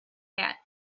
cat